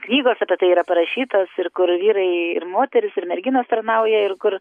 knygos apie tai yra parašytos ir kur vyrai ir moterys ir merginos tarnauja ir kur